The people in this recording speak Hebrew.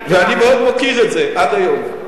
ואני מאוד מוקיר את זה, עד היום.